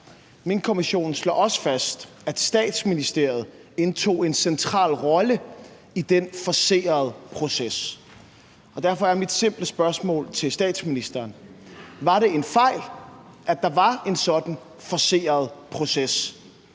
Minkkommissionen slår også fast, at Statsministeriet indtog en central rolle i den forcerede proces. Derfor er mit simple spørgsmål til statsministeren: Var det en fejl, at der var en sådan forceret proces,